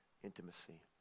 intimacy